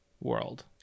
world